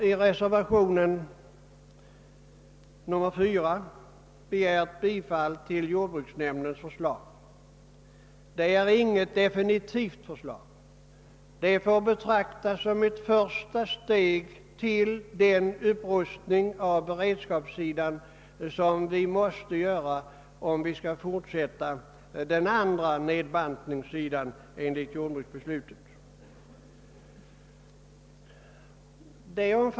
I reservationen 4 har vi yrkat bifall till jordbruksnämndens förslag, som inte är definitivt utan får betraktas som ett första steg i upprustningen på beredskapssidan som måste göras om vi vill fortsätta nedbantningen på den andra sidan i enlighet med jordbruksbeslutet.